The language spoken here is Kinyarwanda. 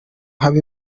haba